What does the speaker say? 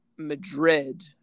Madrid